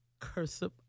cursive